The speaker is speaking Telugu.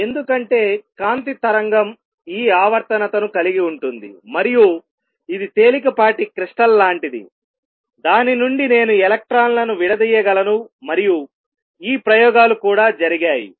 ఎందుకంటే కాంతి తరంగం ఈ ఆవర్తనతను కలిగి ఉంటుంది మరియు ఇది తేలికపాటి క్రిస్టల్ లాంటిది దాని నుండి నేను ఎలక్ట్రాన్లను విడదీయగలను మరియు ఈ ప్రయోగాలు కూడా జరిగాయి